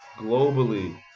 globally